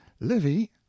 livy